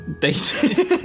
dating